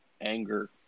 anger